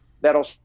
that'll